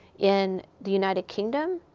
in the united kingdom,